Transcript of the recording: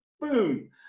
Boom